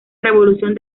revolución